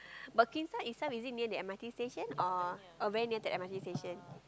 but Queenstown itself is it near the M_R_T station or very near the M_R_T station